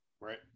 Right